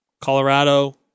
Colorado